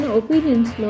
opinions